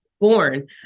born